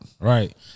Right